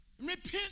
Repent